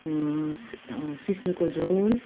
सिस्नुको झोल